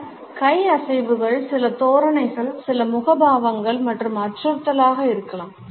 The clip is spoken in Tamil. சில கை அசைவுகள் சில தோரணைகள் சில முகபாவங்கள் மற்றும் அச்சுறுத்தலாக இருக்கலாம்